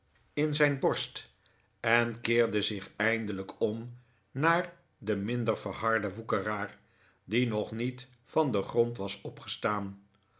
in zijn borst en keerde zich eindelijk om naar den minder verharden woekeraar die nog niet van den grond was opgestaan